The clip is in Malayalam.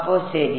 അപ്പൊ ശരി